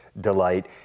delight